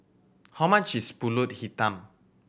how much is Pulut Hitam